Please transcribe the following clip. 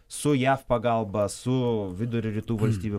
su jav pagalba su vidurio rytų valstybių